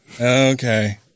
okay